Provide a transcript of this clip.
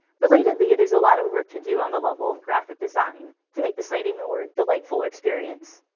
relatedly, there's a lot of work to do on the level of graphic design to make the site a more delightful experience.